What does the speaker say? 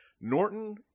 norton